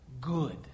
good